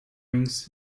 rings